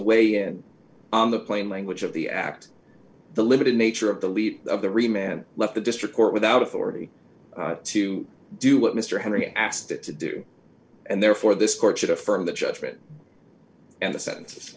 weigh in on the plain language of the act the limited nature of the lead of the re man left the district court without authority to do what mr henry asked it to do and therefore this court should affirm the judgment and the sen